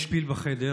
יש פיל בחדר,